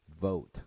vote